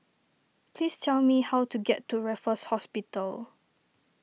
please tell me how to get to Raffles Hospital